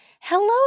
Hello